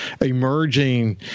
emerging